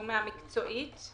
שהוא מהמקצועית,